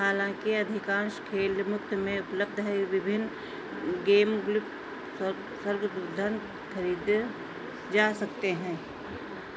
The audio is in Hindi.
हालाँकि अधिकांश खेल मुफ़्त में उपलब्ध हैं विभिन्न गेम ग्ले सवर्धन खरीदे जा सकते हैं